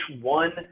one